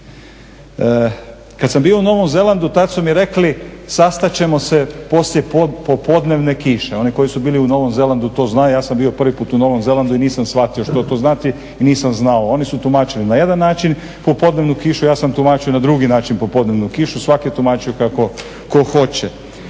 Kad sam bio u Novom Zelandu tad su mi rekli sastat ćemo se poslije popodnevne kiše, oni koji su bili u Novom Zelandu to znaju, ja sam bio prvi put u Novom Zelandu i nisam shvatio što to znači i nisam znao, oni su tumačili na jedan način popodnevnu kišu, ja sam tumačio na drugi način popodnevnu kišu, svatko je tumačio kako tko hoće.